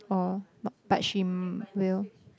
orh but she will